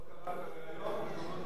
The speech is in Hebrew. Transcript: לא קראת ריאיון.